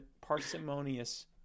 parsimonious